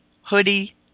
Hoodie